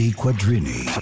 quadrini